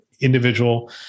individual